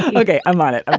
ah okay. i'm on it. but